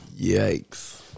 Yikes